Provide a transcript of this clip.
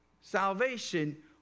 salvation